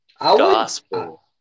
Gospel